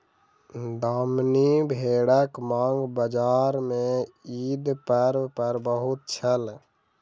दामनी भेड़क मांग बजार में ईद पर्व पर बहुत छल